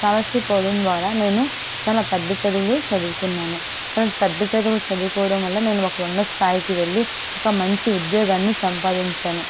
scholarship ల ద్వారా నేను చాలా పెద్ద చదువులు చదువుకున్నాను చాలా పెద్ద చదువులు చదువుకోవడం వల్ల నేను చాలా ఉన్నత స్థాయికి వెళ్ళి ఒక మంచి ఉద్యోగాన్ని సంపాదించాను